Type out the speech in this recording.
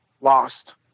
lost